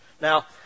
Now